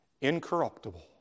incorruptible